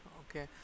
okay